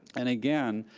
and, again,